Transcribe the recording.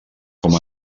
com